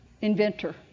inventor